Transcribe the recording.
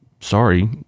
sorry